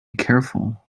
careful